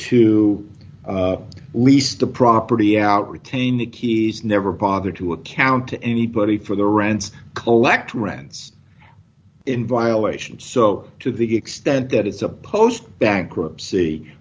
to lease the property out retain it he's never bothered to account to anybody for the rents collector rents in violation so to the extent that it's a post bankruptcy